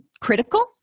critical